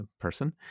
person